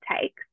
takes